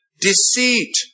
deceit